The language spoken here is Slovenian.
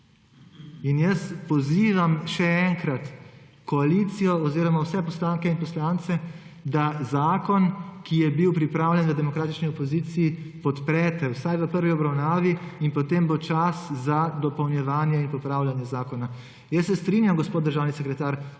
pozivam koalicijo oziroma vse poslanke in poslance, da zakon, ki je bil pripravljen v demokratični opoziciji, podprete vsaj v prvi obravnavi, in potem bo čas za dopolnjevanje in popravljanje zakona. Se strinjam, gospod državni sekretar,